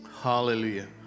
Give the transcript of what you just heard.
Hallelujah